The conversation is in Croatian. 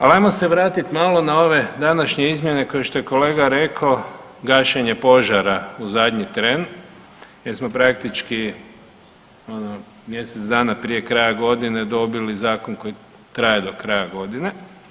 Ali ajmo se vratiti malo na ove današnje izmjene kao što je kolega rekao gašenje požara u zadnji tren jer smo praktički mjesec dana prije kraja godine dobili zakon koji traje do kraja godine.